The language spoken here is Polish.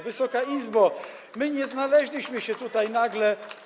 Wysoka Izbo, my nie znaleźliśmy się tutaj nagle.